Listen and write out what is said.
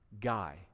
guy